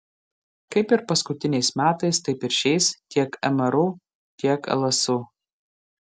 kaip ir paskutiniais metais taip ir šiais tiek mru tiek lsu